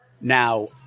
Now